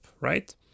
right